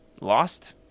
lost